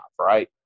right